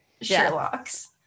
Sherlock's